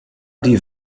die